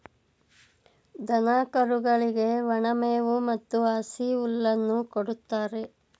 ದನ ಕರುಗಳಿಗೆ ಒಣ ಮೇವು ಮತ್ತು ಹಸಿ ಹುಲ್ಲನ್ನು ಕೊಡುತ್ತಾರೆ